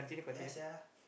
yeah sia